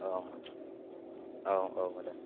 औ औ औ आदा